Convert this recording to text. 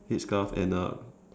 head scarf and a